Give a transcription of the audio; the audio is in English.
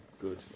Good